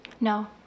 No